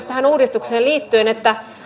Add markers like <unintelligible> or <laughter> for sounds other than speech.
<unintelligible> tähän uudistukseen liittyen että